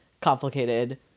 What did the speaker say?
complicated